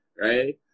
Right